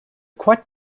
quite